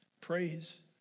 Praise